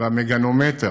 והמגנומטר,